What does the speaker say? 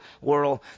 world